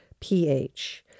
pH